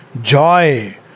joy